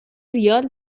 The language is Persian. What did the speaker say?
ریال